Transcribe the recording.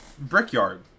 Brickyard